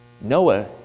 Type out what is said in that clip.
Noah